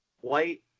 white